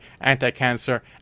anti-cancer